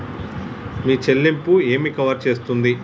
మీ చెల్లింపు ఏమి కవర్ చేస్తుంది?